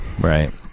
Right